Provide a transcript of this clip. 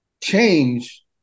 change